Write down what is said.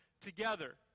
together